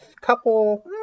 couple